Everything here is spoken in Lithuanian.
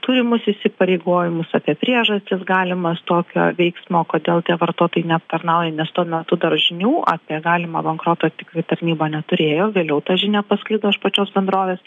turimus įsipareigojimus apie priežastis galimas tokio veiksmo kodėl tie vartotojai neaptarnauja nes tuo metu dar žinių apie galimą bankrotą tikrai tarnyba neturėjo vėliau ta žinia pasklido iš pačios bendrovės